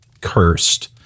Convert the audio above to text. cursed